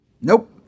Nope